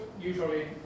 usually